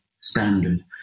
standard